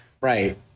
Right